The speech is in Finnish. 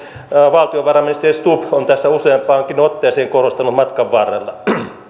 valtiovarainministeri stubb on tässä useampaankin otteeseen korostanut matkan varrella